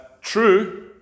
true